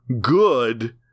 good